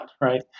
right